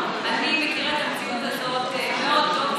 אני מכירה את המציאות הזאת מאוד טוב,